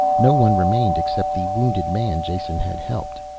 no one remained. except the wounded man jason had helped.